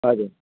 हजुर